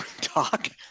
talk